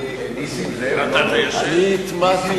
התש"ע 2010,